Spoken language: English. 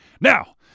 Now